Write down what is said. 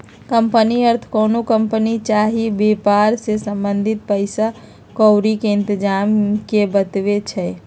company अर्थ कोनो company चाही वेपार से संबंधित पइसा क्औरी के इतजाम के बतबै छइ